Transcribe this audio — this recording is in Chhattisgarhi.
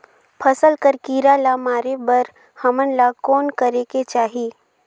फसल कर कीरा ला मारे बर हमन ला कौन करेके चाही?